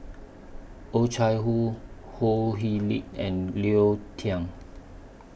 Oh Chai Hoo Ho Hee Lick and Leo Thang